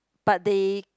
but they